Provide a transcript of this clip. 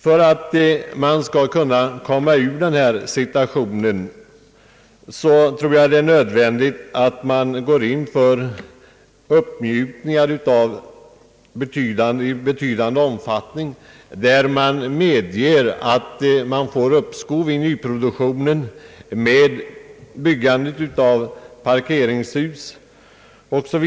För att komma ur denna situation tror jag det är nödvändigt att uppmjuka bestämmelserna i betydande omfattning, så till vida att uppskov medges vid nyproduktion med byggandet av parkeringshus osv.